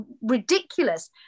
ridiculous